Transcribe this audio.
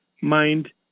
mind